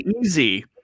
easy